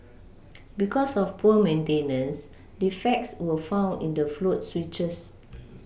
because of poor maintenance defects were found in the float switches